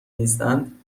نیستند